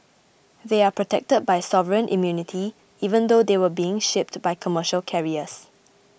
they are protected by sovereign immunity even though they were being shipped by commercial carriers